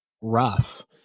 rough